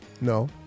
No